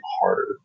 harder